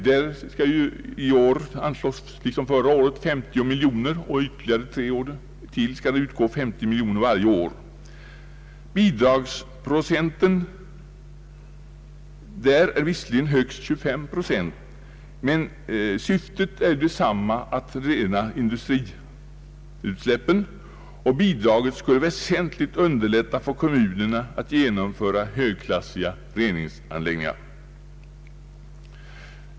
För detta ändamål skall ju i år liksom förra året anslås 50 miljoner kronor, och ytterligare tre år framåt skall det utgå 50 miljoner kronor per år. Bidraget är visserligen högst 25 procent, men syftet är ju detsamma, nämligen att rena industriutsläpp, och bidraget skulle väsentligt underlätta för kommunerna att bygga högklassiga reningsanläggningar.